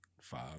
five